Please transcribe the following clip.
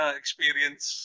experience